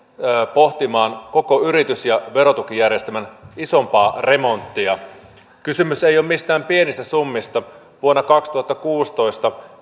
pohtimaan koko yritys ja verotukijärjestelmän isompaa remonttia kysymys ei ole mistään pienistä summista vuonna kaksituhattakuusitoista